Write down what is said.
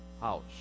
house